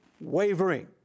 wavering